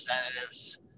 representatives